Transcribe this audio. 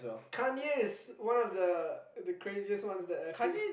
Kanye is one of the craziest one that I feel